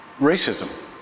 racism